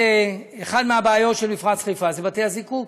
אחת מהבעיות של מפרץ חיפה זה בתי-הזיקוק,